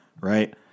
right